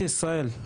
את ישראל,